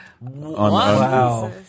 Wow